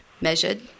measured